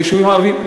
ליישובים הערביים,